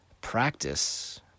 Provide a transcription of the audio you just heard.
Practice